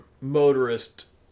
motorist